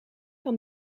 van